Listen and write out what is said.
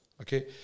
okay